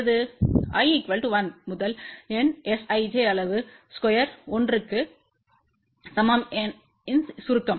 I 1 முதல் n Sij அளவு square 1 க்கு சமம் இன் சுருக்கம்